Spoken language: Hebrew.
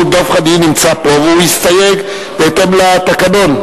דב חנין נמצא פה, והוא יסתייג בהתאם לתקנון.